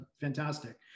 fantastic